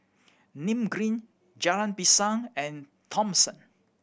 Nim Green Jalan Pisang and Thomson